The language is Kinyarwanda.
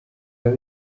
biba